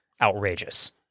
outrageous